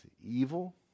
evil